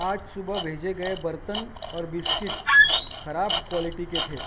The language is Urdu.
آج صبح بھیجے گئے برتن اور بسکٹ خراب کوالٹی کے تھے